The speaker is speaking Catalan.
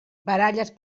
baralles